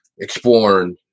exploring